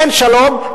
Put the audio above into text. אין שלום,